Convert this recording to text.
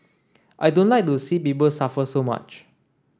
I don't like to see people suffer so much